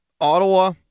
Ottawa